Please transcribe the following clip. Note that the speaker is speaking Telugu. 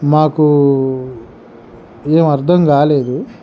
మాకు ఏం అర్థం కాలేదు